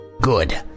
Good